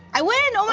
i win, oh